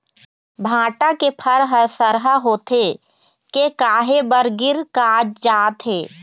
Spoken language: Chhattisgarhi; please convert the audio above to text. भांटा के फर हर सरहा होथे के काहे बर गिर कागजात हे?